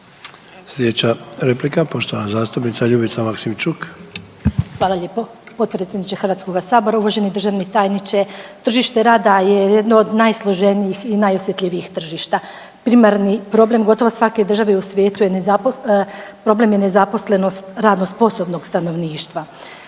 Sljedeća replika poštovana zastupnica Ljubica Maksimčuk.